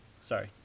Sorry